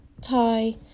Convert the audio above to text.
Thai